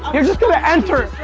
you're just gonna enter,